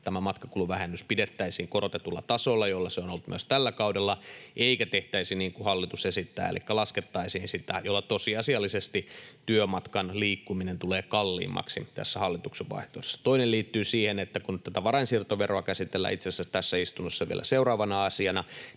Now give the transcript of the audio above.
että tämä matkakuluvähennys pidettäisiin korotetulla tasolla, jolla se on ollut myös tällä kaudella, eikä tehtäisi niin kuin hallitus esittää elikkä laskettaisi sitä, jolloin tosiasiallisesti työmatkan liikkuminen tulee kalliimmaksi tässä hallituksen vaihtoehdossa. Toinen liittyy siihen, että kun nyt tätä varainsiirtoveroa käsitellään itse asiassa tässä istunnossa vielä seuraavana asiana,